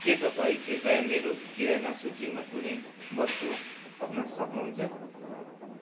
के तपाईँ कृपया मेरो किराना सूचीमा कुनै वस्तु थप्न सक्नुहुन्छ